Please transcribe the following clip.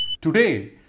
Today